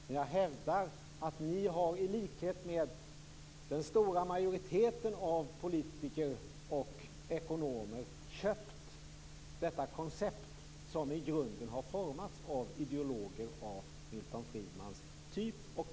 Men jag hävdar att ni i likhet med den stora majoriteten av politiker och ekonomer har köpt detta koncept som i grunden har formats av ideologer av Milton Friedmans typ.